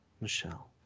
Michelle